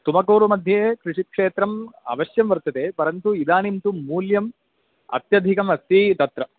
तुमकूरु मध्ये कृषिक्षेत्रम् अवश्यं वर्तते परन्तु इदानीं तु मूल्यम् अत्यधिकम् अस्ति तत्र